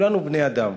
כולנו בני-אדם,